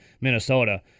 Minnesota